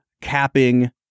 capping